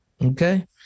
Okay